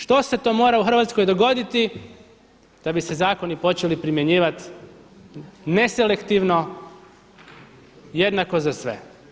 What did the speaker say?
Što se to mora u Hrvatskoj dogoditi da bi se zakoni počeli primjenjivati neselektivno, jednako za sve?